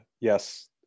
yes